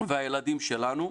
והילדים שלנו.